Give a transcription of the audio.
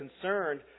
concerned